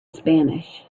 spanish